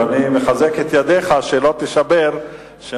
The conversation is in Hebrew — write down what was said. אני מחזק את ידיך שלא תישבר,